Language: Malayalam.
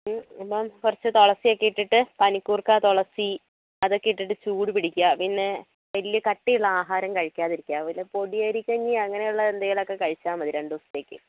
കുറച്ച് തിളച്ച വെള്ളത്തിലേക്ക് പനി കൂർക്ക തുളസി അതൊക്കെ ഇട്ടിട്ട് ചൂട് പഠിക്കുക വലിയ കട്ടിയുള്ള ആഹാരം കഴിക്കാതിരിക ഒരു പൊടിയരി കഞ്ഞി അങ്ങനെ ഉള്ള എന്തേലും ഒക്കെ കഴിച്ചാൽ മതി രണ്ട് ദിവസത്തേക്ക്